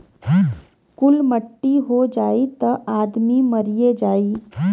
कुल मट्टी हो जाई त आदमी मरिए जाई